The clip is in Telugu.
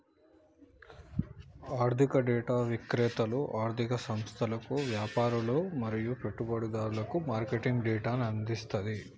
ఆర్థిక డేటా విక్రేతలు ఆర్ధిక సంస్థలకు, వ్యాపారులు మరియు పెట్టుబడిదారులకు మార్కెట్ డేటాను అందిస్తది